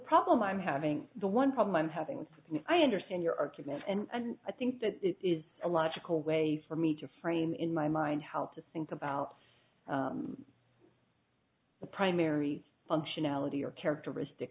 problem i'm having the one problem i'm having and i understand your argument and i think that is a logical way for me to frame in my mind how to think about the primary functionality or characteristic